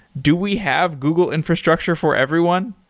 do we have google infrastructure for everyone?